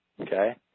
okay